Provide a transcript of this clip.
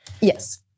Yes